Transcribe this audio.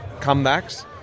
comebacks